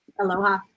Aloha